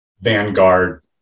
Vanguard